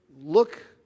look